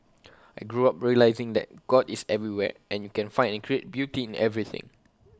I grew up realising that God is everywhere and you can find and create beauty in everything